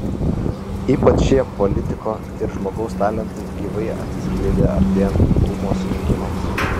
ypač šie politiko ir žmogaus talentai gyvai atsiskleidė artėjant dūmos rinkimams